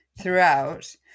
throughout